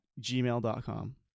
gmail.com